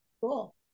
Cool